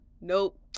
nope